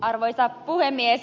arvoisa puhemies